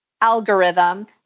algorithm